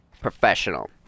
professional